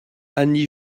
annie